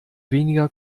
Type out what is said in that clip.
weniger